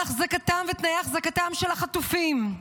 על אחזקתם ותנאי אחזקתם של החטופים,